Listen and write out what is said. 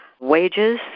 wages